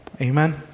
Amen